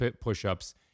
push-ups